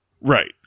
Right